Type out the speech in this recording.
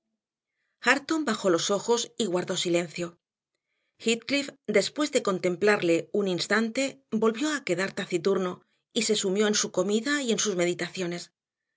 hareton bajó los ojos y guardó silencio heathcliff después de contemplarle un instante volvió a quedar taciturno y se sumió en su comida y en sus meditaciones